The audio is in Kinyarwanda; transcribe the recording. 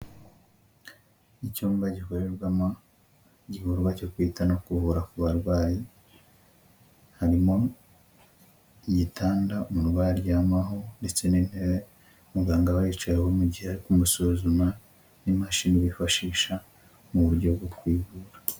Icyumba gikorerwamo igikorwa cyo kwita no kuvura ku barwayi. Harimo igitanda umurwayi aryamaho ndetse n'intebe muganga abayicayeho mu gihe ari kumusuzuma, n'imashini yifashisha mu buryo bwo kuyivura.